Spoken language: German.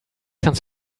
kannst